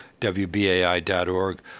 wbai.org